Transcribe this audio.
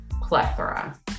plethora